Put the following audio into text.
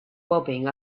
bobbing